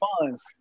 funds